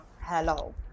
hello